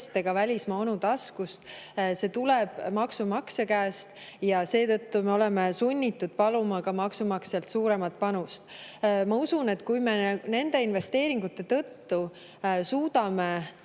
välismaa onu taskust, see tuleb maksumaksja käest ja seetõttu me oleme sunnitud paluma ka maksumaksjalt suuremat panust. Ma usun, et kui me nende investeeringute tõttu suudame